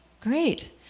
Great